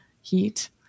heat